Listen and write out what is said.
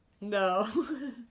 No